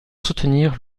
soutenir